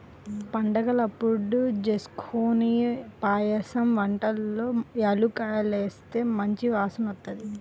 పండగలప్పుడు జేస్కొనే పాయసం వంటల్లో యాలుక్కాయాలేస్తే మంచి వాసనొత్తది